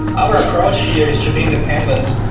our approach here is to be independent.